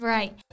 Right